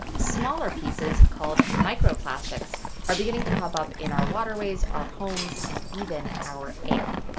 smaller pieces called microplastics are beginning to pop up in our waterways, our homes, and even our air.